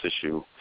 issue